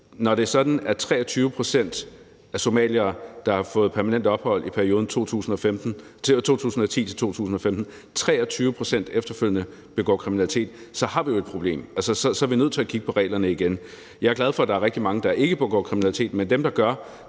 Når det er sådan, at 23 pct. af somaliere, der har fået permanent ophold i perioden 2010-2015, efterfølgende begår kriminalitet, har vi jo et problem. Så er vi nødt til at kigge på reglerne igen. Jeg er glad for, at der er rigtig mange, der ikke begår kriminalitet, men i forhold